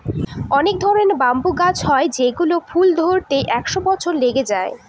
অনেক ধরনের ব্যাম্বু গাছ হয় যেগুলোর ফুল ধরতে একশো বছর লেগে যায়